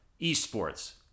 eSports